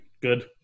good